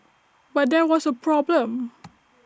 but there was A problem